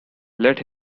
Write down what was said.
let